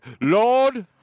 Lord